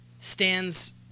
stands